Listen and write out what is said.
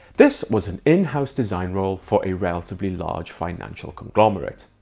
this was an in-house design role for a relatively large financial conglomerate.